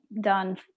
done